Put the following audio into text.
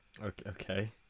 Okay